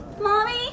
Mommy